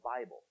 Bible